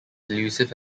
elusive